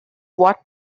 what